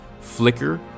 Flicker